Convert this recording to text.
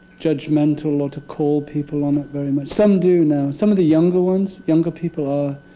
judgmental or to call people on it very much. some do, now. some of the younger ones younger people are.